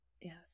Yes